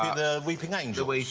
the weeping angels.